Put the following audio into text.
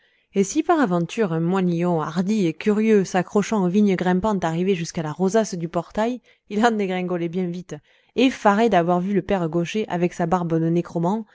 et si par aventure un moinillon hardi et curieux s'accrochant aux vignes grimpantes arrivait jusqu'à la rosace du portail il en dégringolait bien vite effaré d'avoir vu le père gaucher avec sa barbe de